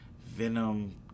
Venom